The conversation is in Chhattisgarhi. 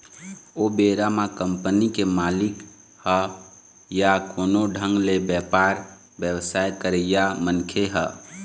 ओ बेरा म कंपनी के मालिक ह या कोनो ढंग ले बेपार बेवसाय करइया मनखे ह